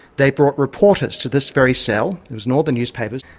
they brought reporters to this very cell, it was in all the newspapers,